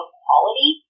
quality